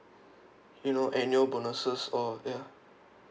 you know annual bonuses or ya